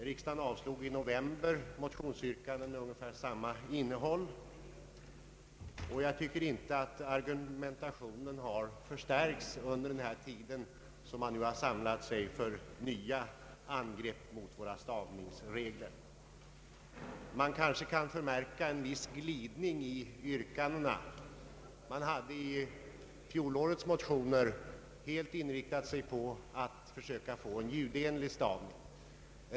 Riksdagen avslog i november motionsyrkanden med ungefär samma innehåll, och jag tycker inte att argumentationen har förstärkts under den tid som man nu har samlat sig för nya angrepp på våra stavningsregler. Vi kanske kan förmärka en viss glidning i yrkandena. I fjolårets motioner hade man helt inriktat sig på att få en ljudenlig stavning.